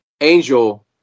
Angel